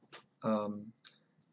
um